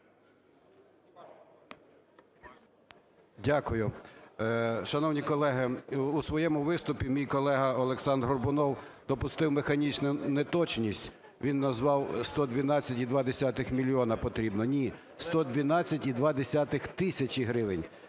Дякую. Шановні колеги, у своєму виступі мій колега Олександр Горбунов допустив механічну неточність. Він назвав "112,2 мільйона потрібно" – ні: 112,2 тисячі гривень